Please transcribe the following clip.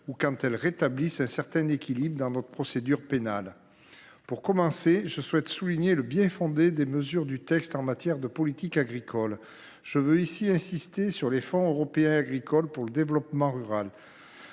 ou quand elles rétablissent un certain équilibre dans notre procédure pénale. Avant tout, je tiens à souligner le bien fondé de ce texte en matière de politique agricole, en insistant sur le Fonds européen agricole pour le développement rural.